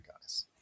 guys